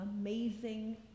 amazing